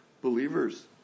believers